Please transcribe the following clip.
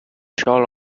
shall